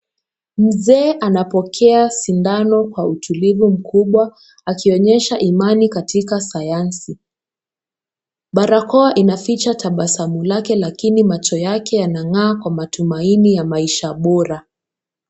Mzee anapokea sindano kwa utulivu mkubwa akionyesha imani katika Sayansi. Barakoa inaficha tabasamu lake lakini macho yake yanang'aa kwa matumaini ya maisha bora.